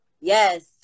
Yes